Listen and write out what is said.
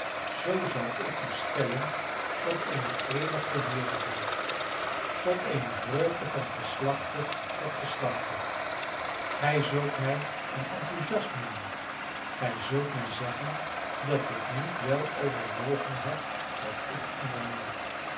zoo zal ik u stellen tot eene eeuwige heerlijkheid tot eene vreugde van geslachte tot geslachte gij zult mij een enthousiast noemen gij zult mij zeggen dat ik niet wel overwogen heb wat ik onderneem